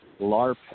LARP